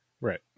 right